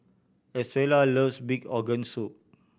Estrella loves pig organ soup